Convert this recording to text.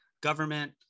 government